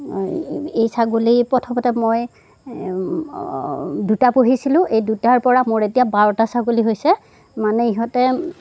এই ছাগলী প্ৰথমতে মই দুটা পুহিছিলোঁ এই দুটাৰ পৰা মোৰ এতিয়া বাৰটা ছাগলী হৈছে মানে ইহঁতে